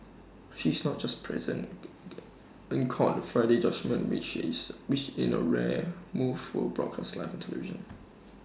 she is not just present in court Friday judgement which is which in A rare move was broadcast live on television